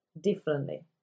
differently